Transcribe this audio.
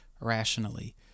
rationally